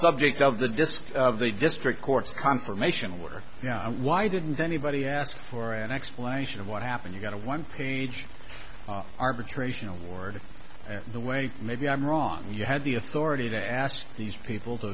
subject of the disk of the district courts confirmation where you know why didn't anybody ask for an explanation of what happened you got a one page arbitration award and the way maybe i'm wrong you had the authority to ask these people to